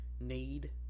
need